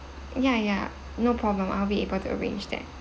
ya ya no problem I'll be able to arrange that